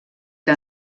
que